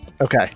Okay